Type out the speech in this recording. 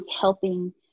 helping